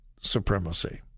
supremacy